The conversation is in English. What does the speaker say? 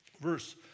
verse